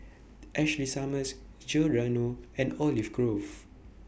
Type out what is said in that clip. Ashley Summers Giordano and Olive Grove